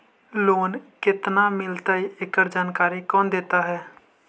Loan केत्ना मिलतई एकड़ जानकारी कौन देता है?